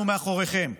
אנחנו מאחוריכם,